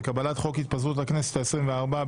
וקבלת חוק התפזרות הכנסת העשרים וארבע,